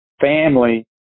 family